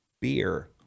beer